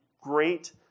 great